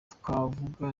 twavuga